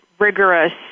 rigorous